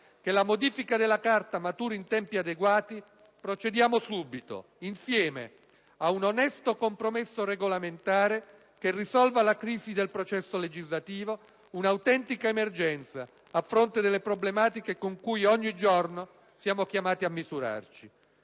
che la modifica della Carta maturi in tempi adeguati, procediamo subito, insieme, ad un onesto compromesso regolamentare che risolva la crisi del processo legislativo, un'autentica emergenza a fronte delle problematiche con cui ogni giorno siamo chiamati a misurarci.